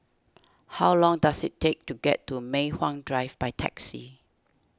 how long does it take to get to Mei Hwan Drive by taxi